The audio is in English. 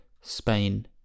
Spain